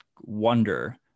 wonder